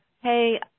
Hey